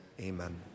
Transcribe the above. amen